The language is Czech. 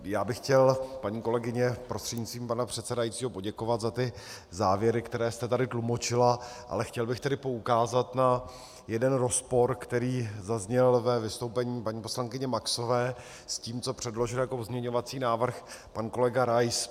Já bych chtěl, paní kolegyně, prostřednictvím pana předsedajícího poděkovat za ty závěry, které jste tady tlumočila, ale chtěl bych tady poukázat na jeden rozpor, který zazněl ve vystoupení paní poslankyně Maxové, s tím, co předložil jako pozměňovací návrh pan kolega Rais.